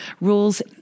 Rules